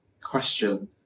question